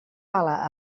bala